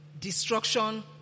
Destruction